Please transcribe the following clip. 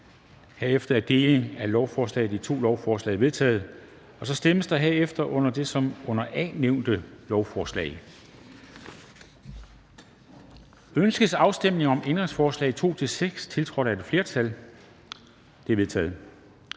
varebiler)]. Delingen af lovforslaget i to lovforslag er vedtaget. Der stemmes herefter om det under A nævnte lovforslag: Ønskes afstemning om forslag nr. 2-6, tiltrådt af et flertal (udvalget